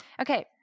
Okay